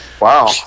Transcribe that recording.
Wow